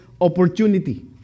opportunity